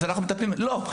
לא.